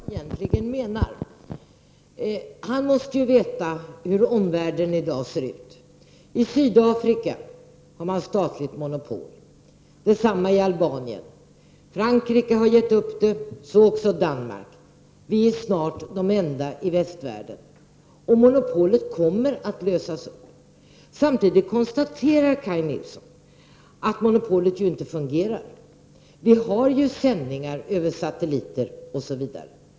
Fru talman! Det är litet svårt att förstå vad Kaj Nilsson egentligen menar. Han måste veta hur omvärlden i dag ser ut. I Sydafrika har man ett statligt monopol, och detsamma gäller Albanien. Frankrike gett upp monopolet, så också Danmark. Vi är snart det enda landet i västvärlden som har ett monopol. Men monopolet kommer att lösas upp. Samtidigt konstaterar Kaj Nilsson att monopolet inte fungerar; vi har sändningar över satelliter osv.